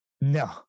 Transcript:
No